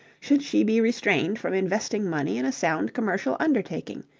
should she be restrained from investing money in a sound commercial undertaking?